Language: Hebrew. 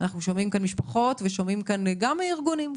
אנחנו שומעים כאן משפחות ושומעים כאן גם ארגונים.